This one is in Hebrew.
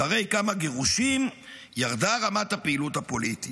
אחרי כמה גירושים ירדה רמת הפעילות הפוליטית".